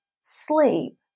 sleep